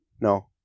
No